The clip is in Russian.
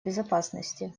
безопасности